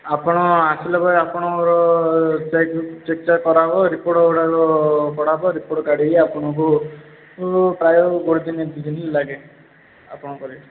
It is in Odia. ଆପଣ ଆସିଲା ବେଳେ ଆପଣ ଚେକ୍ ଚେକ୍ ଚାକ୍ କରାହବ ରିପୋର୍ଟଗୁଡ଼ାକ କଢ଼ା ହେବ ରିପୋର୍ଟ କାଢ଼ିଲେ ଆପଣଙ୍କୁ ପ୍ରାୟ ଗୋଟେ ଦିନି ଦୁଇ ଦିନ ଲାଗେ ଆପଣଙ୍କ ପରେ